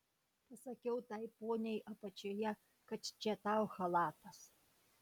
pasakiau tai poniai apačioje kad čia tau chalatas